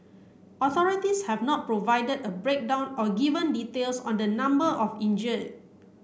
authorities have not provided a breakdown or given details on the number of injured